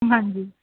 ਹਾਂਜੀ